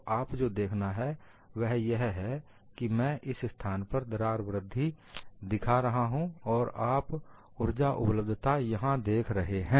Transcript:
तो आप जो देखना है वह यह है कि मैं इस स्थान पर दरार वृद्धि दिखा रहा हूं और आप उर्जा उपलब्धता यहाँ पर देख रहे हैं